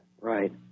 Right